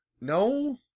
no